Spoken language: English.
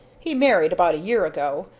he married, about a year ago,